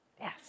Yes